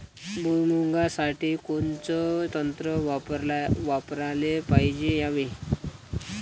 भुइमुगा साठी कोनचं तंत्र वापराले पायजे यावे?